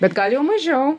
bet gal jau mažiau